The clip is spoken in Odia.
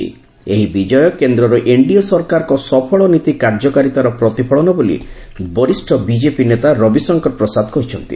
ଏହି ବିଜୟ କେନ୍ଦର ଏନ୍ଡିଏ ସରକାରଙ୍କ ସଫଳନୀତି କାର୍ଯ୍ୟକାରିତାର ପ୍ରତିଫଳନ ବୋଲି ବରିଷ୍ଣ ବିଜେପି ନେତା ରବିଶଙ୍କର ପ୍ରସାଦ କହିଚ୍ଚନ୍ତି